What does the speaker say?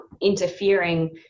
interfering